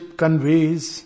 conveys